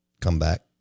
comeback